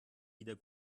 wieder